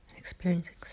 Experiencing